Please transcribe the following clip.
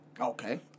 Okay